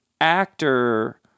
actor